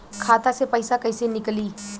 खाता से पैसा कैसे नीकली?